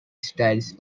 styles